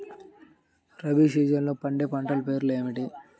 రబీ సీజన్లో పండే పంటల పేర్లు ఏమిటి?